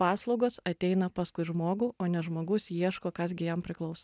paslaugos ateina paskui žmogų o ne žmogus ieško kas gi jam priklauso